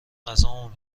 غذامو